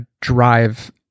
drive